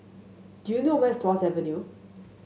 do you know where is Tuas Avenue